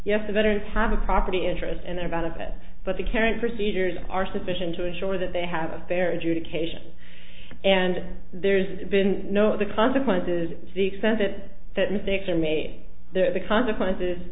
yes the veterans have a property interest and their benefit but the caring procedures are sufficient to ensure that they have a fair education and there's been no the consequences to the extent that that mistakes are made there the consequences